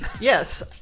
Yes